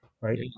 Right